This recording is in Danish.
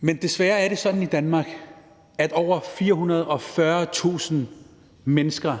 Men desværre er det sådan i Danmark, at over 440.000 mennesker,